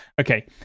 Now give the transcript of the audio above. Okay